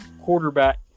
quarterback